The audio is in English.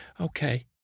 Okay